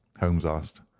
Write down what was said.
holmes asked.